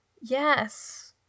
Yes